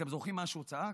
אתם זוכרים מה הוא צעק?